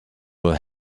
will